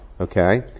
Okay